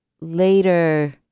later